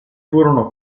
furono